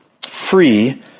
free